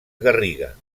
garriga